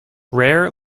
rare